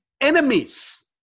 enemies